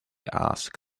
asked